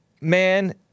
man